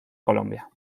colombia